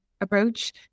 approach